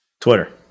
Twitter